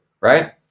right